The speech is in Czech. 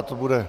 To bude...